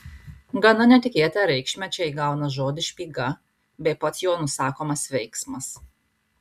gana netikėtą reikšmę čia įgauna žodis špyga bei pats juo nusakomas veiksmas